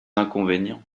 inconvénients